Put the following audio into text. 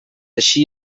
així